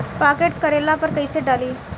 Pocket करेला पर कैसे डाली?